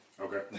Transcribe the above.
Okay